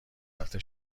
رفته